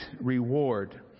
reward